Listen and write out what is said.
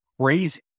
crazy